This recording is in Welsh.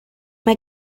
mae